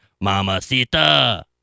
Mamacita